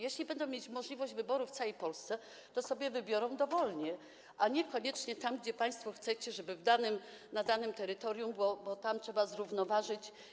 Jeśli będą mieć możliwość wyboru w całej Polsce, to sobie wybiorą dowolnie, a niekoniecznie tam, gdzie państwo chcecie, na danym terytorium, bo tam trzeba zrównoważyć.